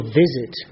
visit